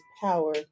power